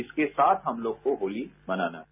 इसके साथ हम लोगों को होली मनाना है